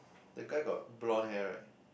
the guy got blonde hair right